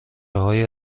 های